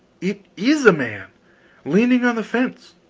it is a man leaning on the fence.